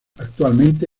actualmente